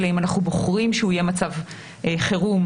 גם אם כל העולם היה כרגע בדעיכה,